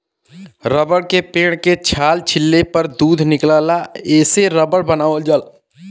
rubber के पेड़ के छाल छीलले पर दूध निकलला एसे रबर बनावल जाला